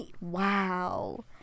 wow